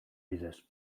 bidez